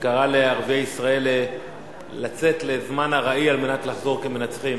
שקרא לערביי ישראל לצאת לזמן ארעי על מנת לחזור כמנצחים.